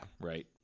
Right